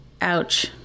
ouch